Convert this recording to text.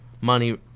money